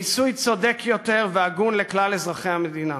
מיסוי צודק יותר והגון לכלל אזרחי המדינה.